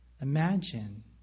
Imagine